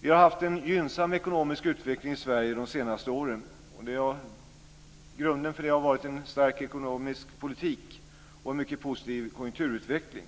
Vi har haft en gynnsam ekonomisk utveckling i Sverige de senaste åren. Grunden för det har varit en stark ekonomisk politik och en mycket positiv konjunkturutveckling.